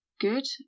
good